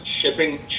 shipping